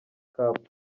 cup